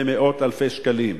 במאות אלפי שקלים,